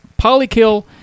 Polykill